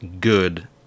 good